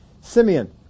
Simeon